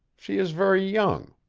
she is very young.